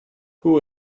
who